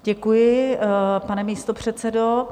Děkuji, pane místopředsedo.